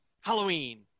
Halloween